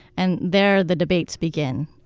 and there the debates begin.